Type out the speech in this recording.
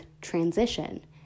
transition